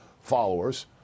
followers